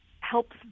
Helps